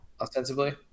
ostensibly